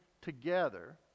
together